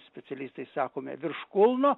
specialistai sakome virš kulno